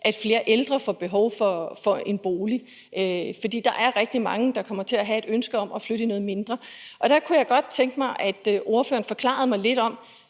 at flere ældre får behov for en bolig. For der er rigtig mange, der kommer til at have et ønske om at flytte i noget mindre, og der kunne jeg godt tænke mig, at ordføreren forklarede mig lidt om